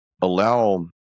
allow